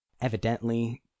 evidently